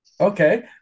Okay